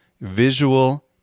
visual